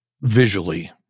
visually